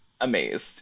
amazed